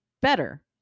better